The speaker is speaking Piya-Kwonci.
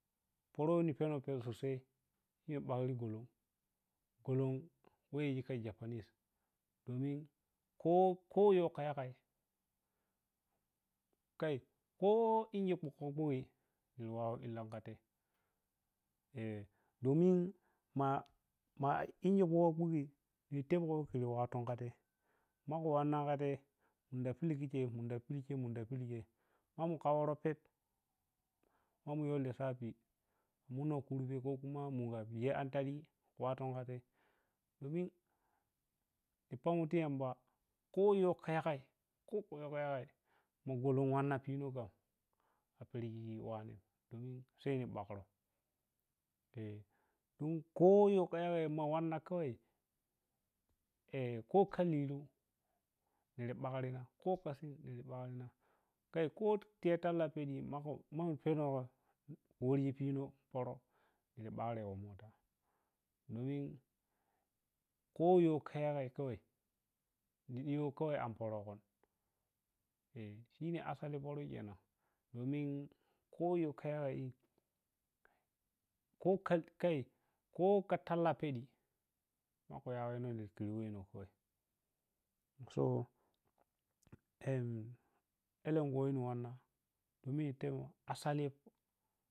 Pərə ni penon sosai yi bakri gulum gulum weh yiji kha ʒapanis damin kho kho yoh kha yagai, khai kho engine ni wawoh kha tai dumin ma ma illigoh khuri nitepgoh khari wattun kha tai mari wanna kha tai, makhu wannan khatai mundi piliʒi mundi pilga ma mu kha woroh pep ma mu yoh lissafi munno kurbe kho khuma munda yi antayi wattu khatai domin ni pammoh ti yamba kho yoh kha yagai kho yoh kha yagai ma gulum wanna piliga kha pilsh kham kha pirsi wane domin sai ni bakro don kho yo kha yagai ma wanna kawai kho khaliluh niri makrina kho khasin niri ɓakrina kai kho theater lab ma khu ma khu penoh wargi pino pərə niri ɓakregoh mota domin khoyo kha yagai khawai ni ɗigo khawai an pərəgun shine asali pərə khenan domin kho yoh kha yagai kho khai kho khatava piɗi so alenkhu ni wanna domin teva asali